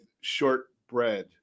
shortbread